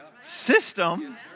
system